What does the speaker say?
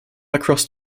across